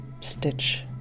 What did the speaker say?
stitch